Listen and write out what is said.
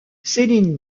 céline